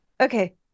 okay